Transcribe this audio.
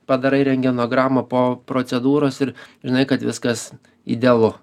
padarai rentgenogramą po procedūros ir žinai kad viskas idealu